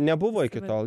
nebuvo iki tol